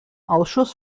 ausschuss